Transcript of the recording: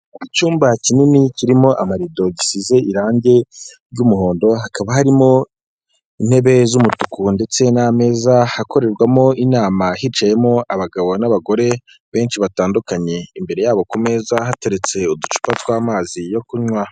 Icyumba kinini kirimo amarido gisize irangi ry'umuhondo, hakaba harimo intebe z'umutuku ndetse n'ameza , hakorerwamo inama hicayemo abagabo n'abagore benshi batandukanye imbere yabo ku meza hateretse uducupa tw'amazi yo kunywa.